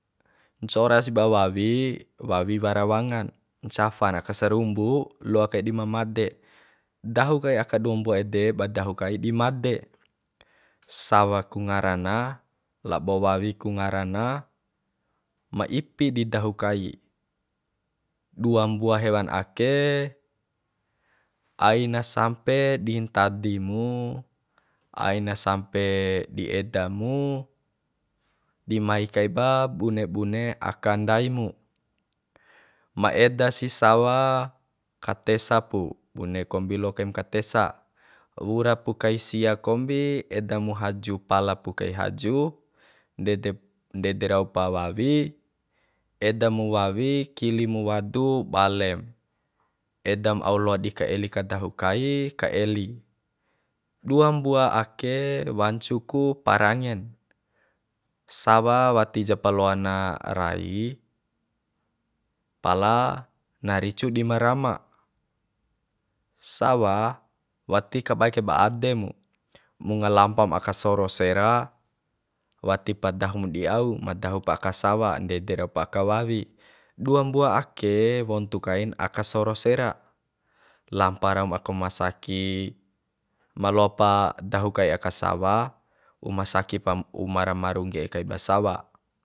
Ncora si ba wawi wawi wara wangan ncafan aka sarumbu loa kai di ma made dahu kai aka duam mbua ede ba dahu kai di made sawa ku ngarana labo wawi ku ngara na ma ipi di dahu kai dua hewan ake aina sampe di ntadi mu aina sampe di eda mu di mai kaiba bune bune aka ndai mu ma eda si sawa katesa pu bune kombi lokaim ka tesa wura pu kai sia kombi eda mu haju pala pu kai haju ndedep ndede rau pa wawi eda mu wawi kili mu wadu balem edam au loa di ka eli di kadahu kai ka eli dua mbua ake wancu ku parangen sawa wati ja paloana rai pala ricu di ma rama sawa wati ka bae kaiba ade mu unga lampam aka soro sera wati pa dahu mu di au ma dahu pa aka sawa ndede rau pa aka wawi dua mbua ake wontu kain aka soro sera lampa raum aka uma saki ma loa pa dahu kai aka sawa uma saki pam uma ra maru ngge'e kaiba sawa